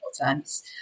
times